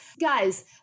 guys